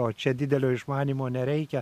o čia didelio išmanymo nereikia